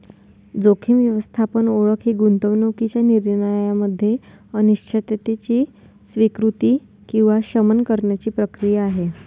जोखीम व्यवस्थापन ओळख ही गुंतवणूकीच्या निर्णयामध्ये अनिश्चिततेची स्वीकृती किंवा शमन करण्याची प्रक्रिया आहे